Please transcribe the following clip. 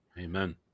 Amen